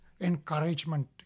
encouragement